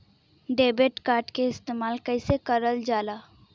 Debit card के इस्तेमाल कइसे करल जाला?